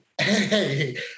Hey